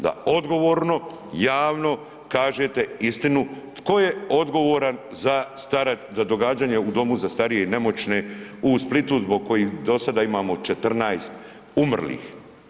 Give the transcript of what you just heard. Da odgovorno, javno kažete istinu tko je odgovoran za događanja u domu za starije i nemoćne u Splitu zbog kojih do sada imamo 14 umrlih?